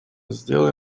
сделай